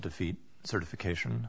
defeat certification